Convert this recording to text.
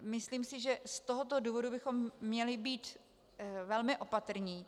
Myslím si, že z tohoto důvodu bychom měli být velmi opatrní.